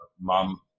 mom